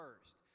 first